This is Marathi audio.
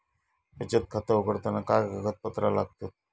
बचत खाता उघडताना काय कागदपत्रा लागतत?